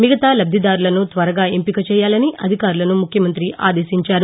మిగతా లబ్దిదారులను త్వరగా ఎంపిక చేయాలని అధికారులను ముఖ్యమంత్రి ఆదేశించారు